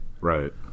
Right